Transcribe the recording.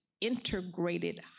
integrated